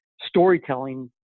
storytelling